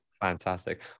Fantastic